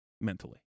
mentally